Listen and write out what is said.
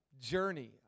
journey